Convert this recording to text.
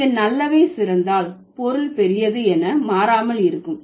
இங்கு நல்லவை சிறந்தால் பொருள் பெரியது என மாறாமல் இருக்கும்